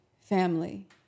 family